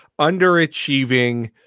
underachieving